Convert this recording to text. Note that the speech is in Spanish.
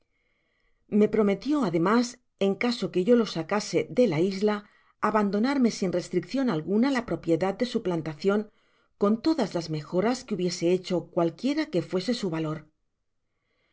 me prometio ademas en caso que yo lo sacase de la isla abandonarme sin restriccion alguna la propiedad de su plantacion con todas las mejoras que hubiese hecho cualquiera que fuese su valor